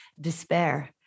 despair